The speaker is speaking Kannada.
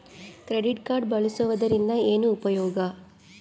ಕ್ರೆಡಿಟ್ ಕಾರ್ಡ್ ಬಳಸುವದರಿಂದ ಏನು ಉಪಯೋಗ?